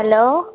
hello